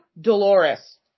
Dolores